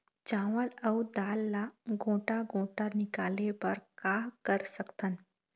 चावल अऊ दाल ला गोटा गोटा निकाले बर का कर सकथन?